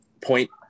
Point